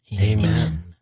Amen